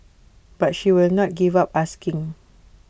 but she will not give up asking